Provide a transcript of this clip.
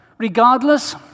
Regardless